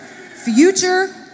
future